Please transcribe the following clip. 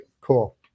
Cool